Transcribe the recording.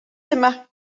yma